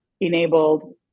enabled